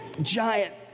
giant